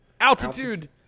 Altitude